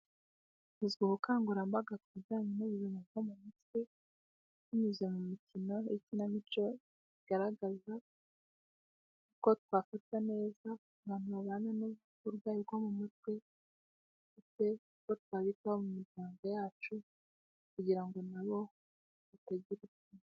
Ubukangurambaga kubijyanye n'ibiruhuko byo mu mutwe binyuze mu mukino w'ikinamico bigaragaza uko twafata neza abantu babana n'uburwayi bwo mu mutwe uko twabitaho mu miryango yacu kugira ngo nabo bagire...